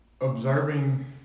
Observing